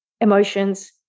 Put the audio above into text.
emotions